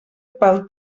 pel